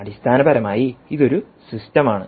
അടിസ്ഥാനപരമായി ഇത് ഒരു സിസ്റ്റമാണ്